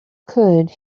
could